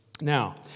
Now